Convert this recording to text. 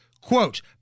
Quote